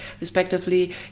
respectively